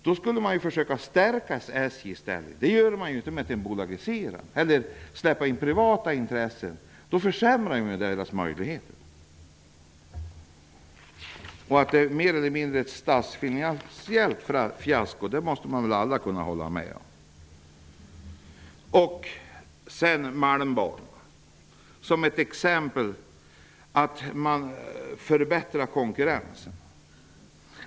Då borde man ju försöka stärka SJ i stället. Det gör man ju inte genom att släppa in privata intressen på järnvägen. Då försämras ju SJ:s möjligheter. Alla måste kunna hålla med om att det är mer eller mindre ett statsfinansiellt fiasko. Sedan skulle malmbanan vara ett exempel på att det blir bättre med konkurrens.